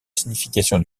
signification